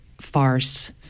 farce